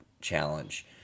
challenge